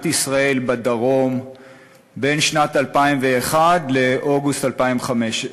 ישראל בדרום משנת 2001 עד אוגוסט 2005,